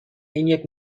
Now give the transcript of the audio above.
اینیک